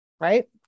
right